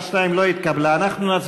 מי נגדה?